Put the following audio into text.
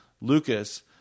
Lucas